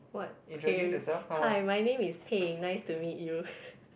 what okay hi my name is Pei-Ying nice to meet you